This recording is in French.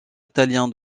italien